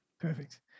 Perfect